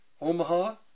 Omaha